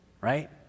right